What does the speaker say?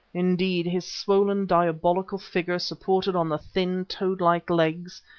indeed, his swollen, diabolical figure supported on the thin, toad-like legs,